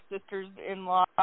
sisters-in-law